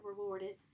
rewarded